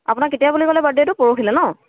আপোনাৰ কেতিয়া বুলি ক'লে বাৰ্থডেটো পৰহিলে ন